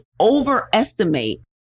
overestimate